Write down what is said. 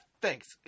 thanks